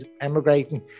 emigrating